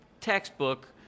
textbook